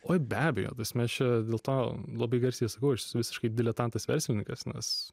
oi be abejo tasme čia dėl to labai garsiai sakau aš esu visiškai diletantas verslininkas nes